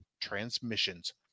transmissions